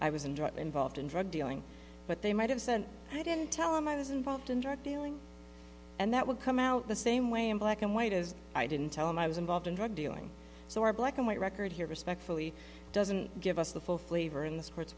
involved in drug dealing but they might have said i didn't tell him i was involved in drug dealing and that would come out the same way in black and white as i didn't tell him i was involved in drug dealing so our black and white record here respectfully doesn't give us the full flavor in the courts